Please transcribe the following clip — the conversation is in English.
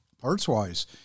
parts-wise